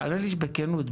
בכנות.